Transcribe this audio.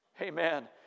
amen